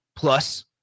plus